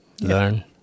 learn